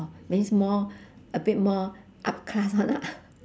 means more a bit more up class one lah